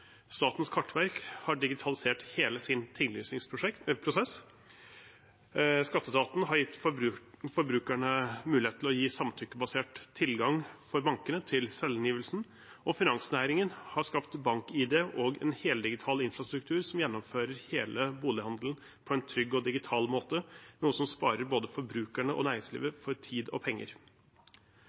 Statens kartverk har digitalisert hele sin tinglysningsprosess, Skatteetaten har gitt forbrukerne mulighet til å gi samtykkebasert tilgang for bankene til selvangivelsen, og finansnæringen har skapt BankID og en heldigital infrastruktur som gjennomfører hele bolighandelen på en trygg og digital måte, noe som sparer både forbrukerne og næringslivet for tid og penger.